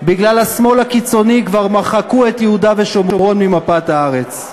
בגלל השמאל הקיצוני כבר מחקו את יהודה ושומרון ממפת הארץ.